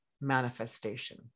manifestation